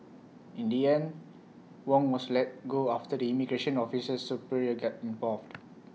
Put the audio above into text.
in the end Wong was let go after immigration officer's superior got involved